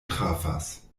trafas